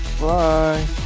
Bye